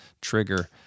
trigger